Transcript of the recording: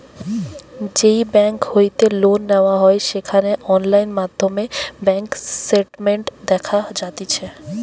যেই বেংক হইতে লোন নেওয়া হয় সেখানে অনলাইন মাধ্যমে ব্যাঙ্ক স্টেটমেন্ট দেখা যাতিছে